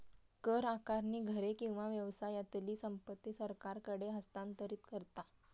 कर आकारणी घरे किंवा व्यवसायातली संपत्ती सरकारकडे हस्तांतरित करता